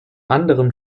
anderen